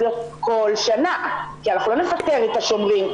להיות כל שנה כי אנחנו לא נפטר את השומרים',